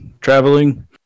traveling